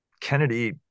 Kennedy